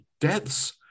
deaths